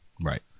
Right